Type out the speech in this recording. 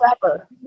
forever